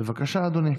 בבקשה, אדוני.